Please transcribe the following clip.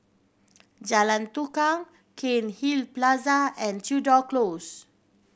Jalan Tukang Cairnhill Plaza and Tudor Close